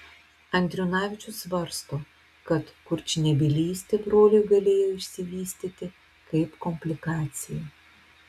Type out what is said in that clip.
andriunavičius svarsto kad kurčnebylystė broliui galėjo išsivystyti kaip komplikacija